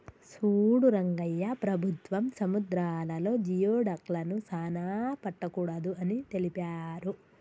సూడు రంగయ్య ప్రభుత్వం సముద్రాలలో జియోడక్లను సానా పట్టకూడదు అని తెలిపారు